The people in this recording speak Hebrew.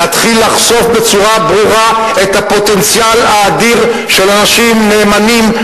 להתחיל לחשוף בצורה ברורה את הפוטנציאל האדיר של אנשים נאמנים,